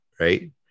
right